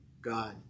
God